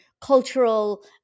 cultural